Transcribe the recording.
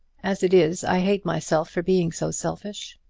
as it is, i hate myself for being so selfish.